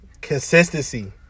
Consistency